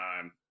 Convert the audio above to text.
time